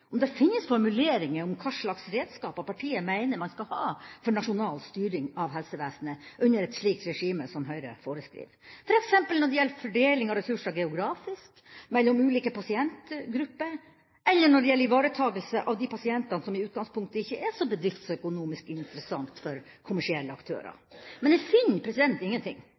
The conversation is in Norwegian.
om det finnes formuleringer om hva slags redskaper partiet mener man skal ha for nasjonal styring av helsevesenet under et slikt regime som Høyre foreskriver, f.eks. når det gjelder fordeling av ressurser geografisk, mellom ulike pasientgrupper, eller når det gjelder ivaretakelse av de pasientene som i utgangspunktet ikke er så bedriftsøkonomisk interessante for kommersielle aktører. Men jeg finner ingenting.